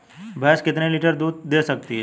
भैंस कितने लीटर तक दूध दे सकती है?